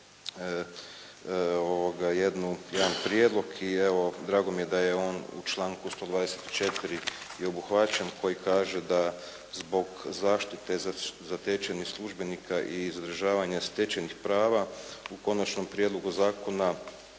jedan prijedlog i evo drago mi je da je on u članku 124. je obuhvaćen koji kaže da zbog zaštite zatečenih službenika i zadržavanje stečenih prava u konačnom prijedlogu zakona,